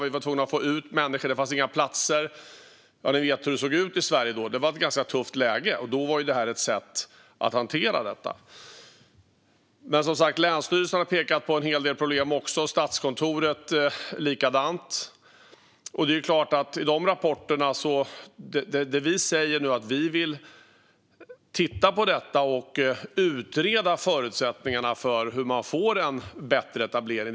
Vi var tvungna att få ut människor. Det fanns inga platser. Ni vet hur det såg ut i Sverige då. Det var ett ganska tufft läge, och det här var ett sätt att hantera det. Länsstyrelserna har pekat på en hel del problem, likaså Statskontoret. Det är klart att vi tittar på de rapporterna och att vi vill utreda förutsättningarna för en bättre etablering.